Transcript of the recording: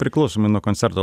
priklausomai nuo koncerto